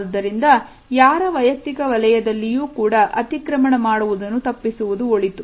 ಆದುದರಿಂದ ಯಾರ ವೈಯಕ್ತಿಕ ವಲಯದಲ್ಲಿಯೂ ಕೂಡ ಅತಿಕ್ರಮಣ ಮಾಡುವುದನ್ನು ತಪ್ಪಿಸುವುದು ಒಳಿತು